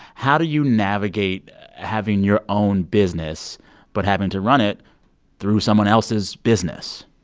how do you navigate having your own business but having to run it through someone else's business?